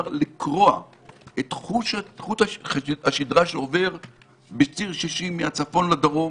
לקרוע את חוט השדרה שעובר בציר 60 מהצפון לדרום